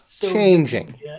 changing